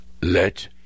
Let